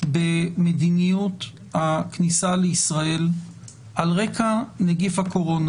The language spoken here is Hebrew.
במדיניות הכניסה לישראל על רקע נגיף הקורונה